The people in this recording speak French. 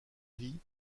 vie